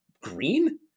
green